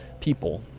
people